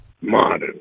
modern